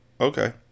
okay